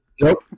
Nope